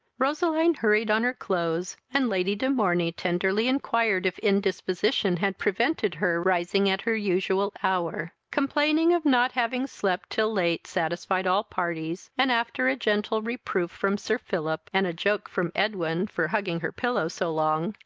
roseline hurried on her clothes, and lady de morney tenderly inquired if indisposition had prevented her rising at her usual hour. complaining of not having slept till late satisfied all parties, and, after a gentle reproof from sir philip, and a joke from edwin for hugging her pillow so long,